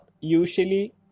usually